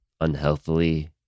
unhealthily